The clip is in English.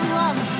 love